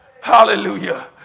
Hallelujah